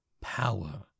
power